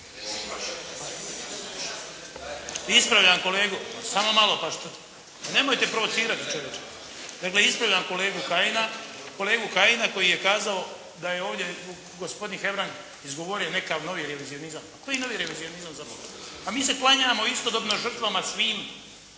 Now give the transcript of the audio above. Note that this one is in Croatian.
Ispravljam kolegu, samo malo, nemojte provocirati čovječe. Dakle, ispravljam kolegu Kajina koji je kazao da je ovdje gospodin Hebrang izgovorio neki novi revizionizam. A koji novi revizionizam za Boga? Pa mi se klanjamo istodobno žrtvama svim.